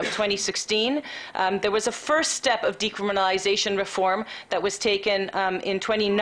2016. היה שלב ראשון של רפורמה של אי-הפללה שהתקבל ב-2019.